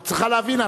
את צריכה להבין,